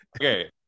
okay